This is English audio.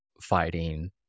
fighting